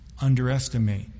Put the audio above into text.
underestimate